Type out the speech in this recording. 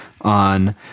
on